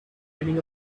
reading